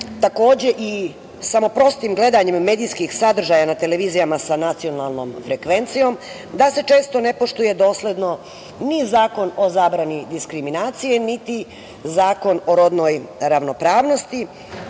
takođe i samo prostim gledanjem medijskih sadržaja na televizijama sa nacionalnom frekvencijom, da se često ne poštuje dosledno ni Zakon o zabrani diskriminacije, niti Zakon o rodnoj ravnopravnosti,